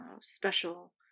special